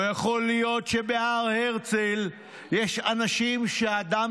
לא יכול להיות שבהר הרצל יש אנשים שהדם